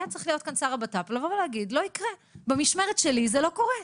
היה צריך להגיד כאן שר הבט"פ: במשמרת שלי זה לא קורה.